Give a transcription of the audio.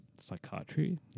psychiatry